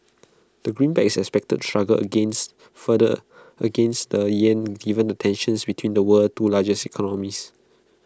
the greenback is expected to struggle against further against the Yen given the tensions between the world's two largest economies